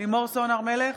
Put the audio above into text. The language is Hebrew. לימור סון הר מלך,